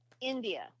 India